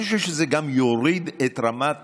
אני חושב שזה גם יוריד את רמת